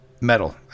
metal